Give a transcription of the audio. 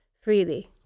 freely